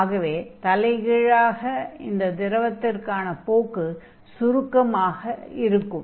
ஆகவே தலைகீழாக அந்த திரவத்திற்கான போக்கு சுருக்கமாக இருக்கிறது